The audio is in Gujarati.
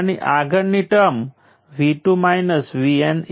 તેથી વોલ્ટેજ ટાઇમ્સ કરંટનું પ્રોડક્ટ પણ 0 હશે